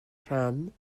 rhan